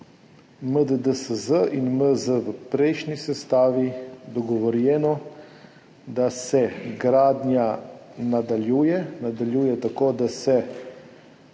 MDDSZ in MZ v prejšnji sestavi dogovorjeno, da se gradnja nadaljuje. Nadaljuje tako, da se